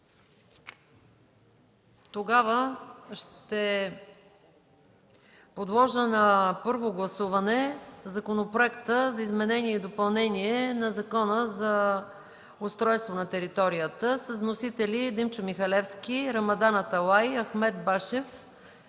виждам. Ще подложа на първо гласуване Законопроекта за изменение и допълнение на Закона за устройство на територията с вносители Димчо Михалевски, Рамадан Аталай, Ахмед Башев